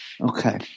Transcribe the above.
Okay